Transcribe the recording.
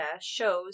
shows